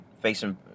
facing